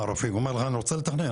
מר רפיק אומר לך אני רוצה לתכנן,